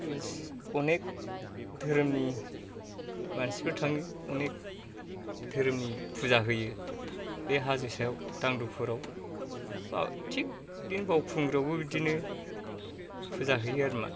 अनेक धोरोमनि मानसिफोर थाङो अनेक धोरोमनि फुजा होयो बे हाजो सायाव दांदुफुराव थिक बावखुंग्रियावबो बिदिनो फुजा हैयो आरोमा